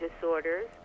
disorders